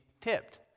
tipped